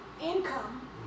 income